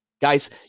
Guys